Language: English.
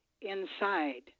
inside